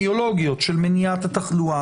האפידמיולוגיות של מניעת התחלואה.